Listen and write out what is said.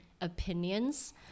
opinions